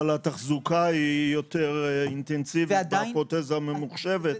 התחזוקה יותר אינטנסיבית מהפרוטזה הממוחשבת.